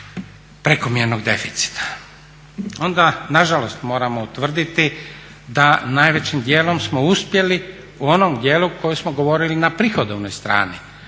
prekomjernog deficita. Ona nažalost moramo utvrditi da najvećim djelom smo uspjeli u onom djelu koji smo govorili na prihodovnoj strani.